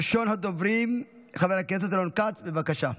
ראשון הדוברים, חבר הכנסת רון כץ, בבקשה.